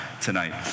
tonight